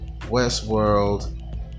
Westworld